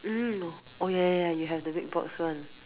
mm oh ya ya you have the Big-Box one